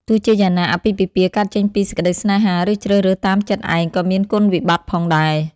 ទោះជាយ៉ាងណា អាពាហ៍ពិពាហ៍កើតចេញពីសេចក្តីស្នេហា ឬជ្រើសរើសតាមចិត្ដឯងក៏មានគុណវិបត្តិផងដែរ។